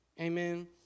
Amen